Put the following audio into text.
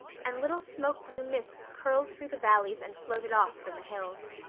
and little smoke-blue mists curled through the valleys and floated off from the hills.